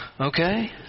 Okay